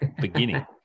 beginning